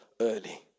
early